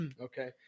Okay